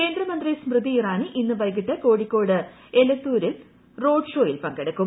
കേന്ദ്രമന്ത്രി സ്മൃതി ഇറാനി ഇന്ന് വൈകീട്ട് കോഴിക്കോട് എലത്തൂരിൽ റോഡ് ഷോയിൽ പങ്കെടുക്കും